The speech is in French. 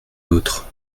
l’autre